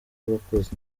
bakoze